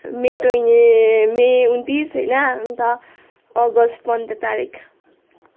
मई ट्वेँ मई उन्तिस होइन अन्त अगस्त पन्ध्र तारिक